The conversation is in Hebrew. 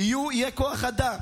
יהיה כוח אדם.